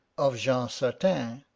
of jean certain,